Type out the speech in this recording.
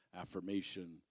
affirmation